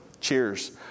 cheers